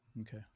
okay